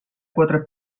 quatre